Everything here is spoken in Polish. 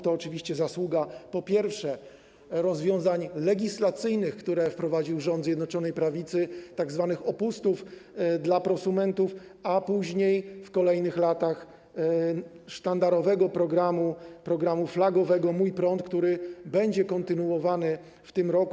To oczywiście zasługa rozwiązań legislacyjnych, które wprowadził rząd Zjednoczonej Prawicy, tzw. opustów dla prosumentów, a później, w kolejnych latach - sztandarowego programu, programu flagowego „Mój prąd”, który będzie kontynuowany w tym roku.